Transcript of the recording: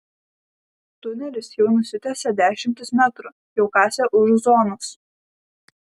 tunelis jau nusitęsė dešimtis metrų jau kasė už zonos